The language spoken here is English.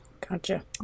Gotcha